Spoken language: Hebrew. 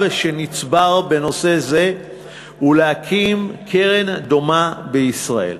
שנצבר בנושא זה ולהקים קרן דומה בישראל.